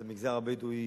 למגזר הבדואי.